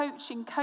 coaching